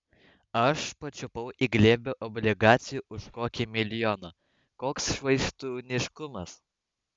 aš pačiupau į glėbį obligacijų už kokį milijoną koks švaistūniškumas